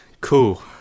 cool